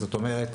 זאת אומרת,